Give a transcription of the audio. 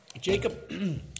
Jacob